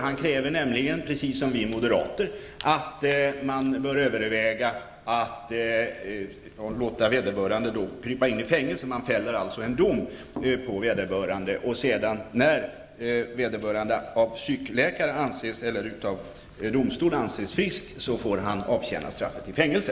Han kräver nämligen, precis som vi moderater, att man bör överväga att låta vederbörande krypa in i fängelse. Man fäller alltså en dom, och när vederbörande av domstol anses frisk, får han avtjäna straffet i fängelse.